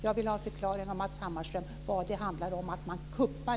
Jag vill ha en förklaring av Matz Hammarström vad som menas med att man "kuppar"